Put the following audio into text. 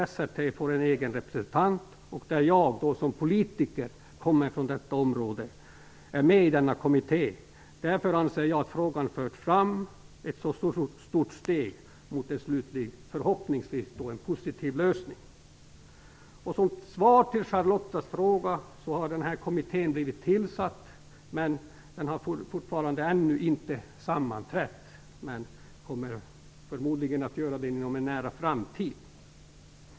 STR-T får en egen representant, och jag som politiker kommen från detta område är med i kommittén. Därför anser jag att frågan förts ett stort steg framåt mot en slutlig, förhoppningsvis positiv, lösning. Som svar på Charlotta Bjälkebrings fråga vill jag säga att kommittén har tillsatts men att den ännu inte sammanträtt. Den kommer förmodligen att göra det inom en nära framtid.